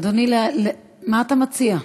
אדוני, מה אתה מציע?